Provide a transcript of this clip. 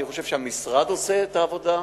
אני חושב שהמשרד עושה את העבודה,